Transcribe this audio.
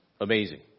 amazing